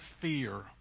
fear